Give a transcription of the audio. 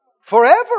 Forever